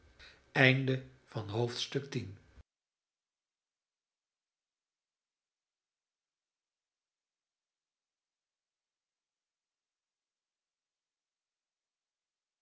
harp van het